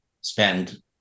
spend